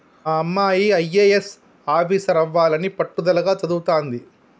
మా అమ్మాయి అయ్యారెస్ ఆఫీసరవ్వాలని పట్టుదలగా చదవతాంది